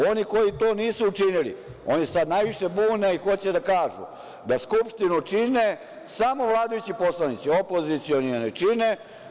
Oni koji to nisu učinili oni se najviše bune i hoće da kažu da Skupštinu čine samo vladajući poslanici, opozicioni ne čine.